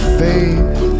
faith